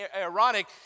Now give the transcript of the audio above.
ironic